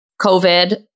COVID